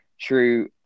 true